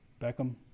Beckham